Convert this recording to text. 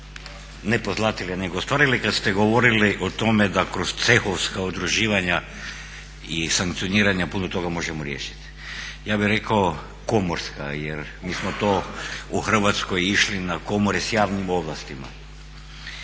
ne pozlatile nego ostvarile kada ste govorili o tome da kroz cehovska udruživanja i sankcioniranja puno toga možemo riješiti. Ja bih rekao komorska jer mi smo to u Hrvatskoj išli na komore s javnim ovlastima.